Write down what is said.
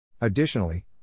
Additionally